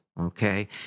okay